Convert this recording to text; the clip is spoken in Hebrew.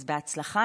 אז בהצלחה.